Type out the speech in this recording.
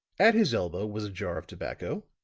at his elbow was a jar of tobacco,